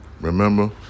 Remember